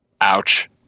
ouch